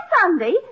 Sunday